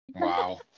wow